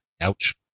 Ouch